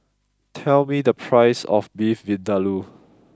tell me the price of Beef Vindaloo